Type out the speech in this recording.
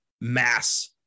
mass